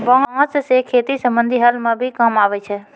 बांस सें खेती संबंधी हल म भी काम आवै छै